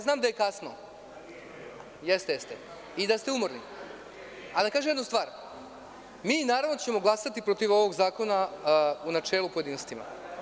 Znam da je kasno i da ste umorni, ali da kažem jednu stvar, mi naravno da ćemo glasati protiv ovog zakona u načelu i u pojedinostima.